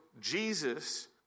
Jesus